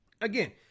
Again